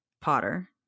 Potter